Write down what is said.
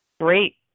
Great